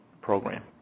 program